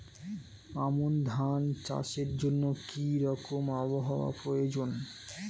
আমন ধান চাষের জন্য কি রকম আবহাওয়া প্রয়োজন?